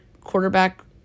quarterback